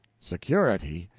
security!